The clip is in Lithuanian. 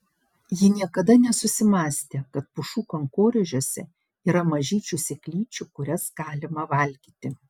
ji niekada nesusimąstė kad pušų kankorėžiuose yra mažyčių sėklyčių kurias galima valgyti